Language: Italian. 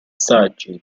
saggi